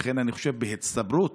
לכן, אני חושב, בהצטברות